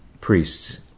priests